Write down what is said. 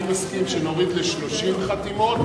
אני מסכים שנוריד ל-30 חתימות,